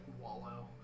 wallow